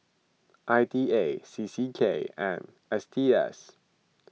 I D A C C K and S T S